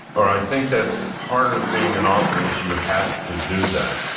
or, i think that's part of being an author is you have to do that.